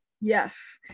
yes